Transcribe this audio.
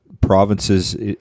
provinces